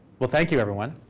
well, thank you, everyone.